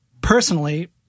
personally